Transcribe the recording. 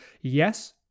yes